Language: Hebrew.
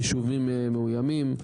יישובים מאוימים.